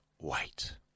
wait